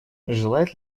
желает